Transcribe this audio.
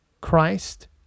Christ